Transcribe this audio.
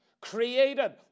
created